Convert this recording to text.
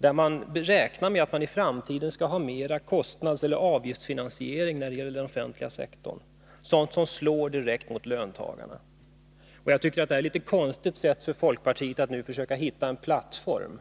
som man räknar med i framtiden skall leda till mer kostnadseller avgiftsfinansiering när det gäller den offentliga sektorn, sådant som slår direkt mot löntagarna. Jag tycker att det här är ett litet konstigt sätt för folkpartiet att nu försöka hitta en plattform.